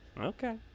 Okay